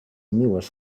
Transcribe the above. meues